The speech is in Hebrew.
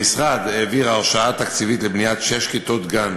המשרד העביר הרשאה תקציבית לבניית שש כיתות-גן